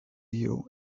you